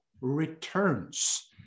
returns